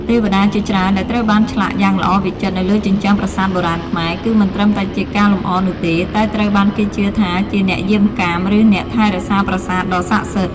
ទេវតាជាច្រើនដែលត្រូវបានឆ្លាក់យ៉ាងល្អវិចិត្រនៅលើជញ្ជាំងប្រាសាទបុរាណខ្មែរ គឺមិនត្រឹមតែជាការលម្អនោះទេ តែត្រូវបានគេជឿថាជា អ្នកយាមកាម ឬ អ្នកថែរក្សាប្រាសាទ ដ៏ស័ក្តិសិទ្ធិ។